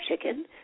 chicken